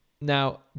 now